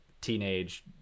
teenage